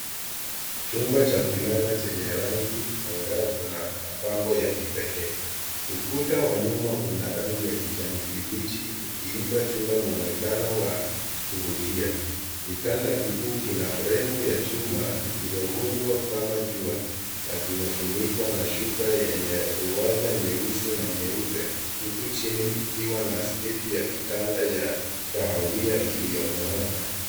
Chumba cha kulala chenye rangi angavu na mapambo ya kipekee. Ukuta wa nyuma una rangi ya kijani kibichi ukiipaa chumba muonekano wa kuvutia. Kitanda kikuu kina fremu ya chuma iliyoundwa kama jua na kimefunikwa na shuka yenye ruwaza nyeusi na nyeupe huku chini kukiwa na sketi ya kitanda ya kahawia iliyonyooka.